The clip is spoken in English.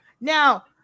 Now